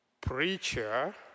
preacher